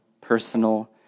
personal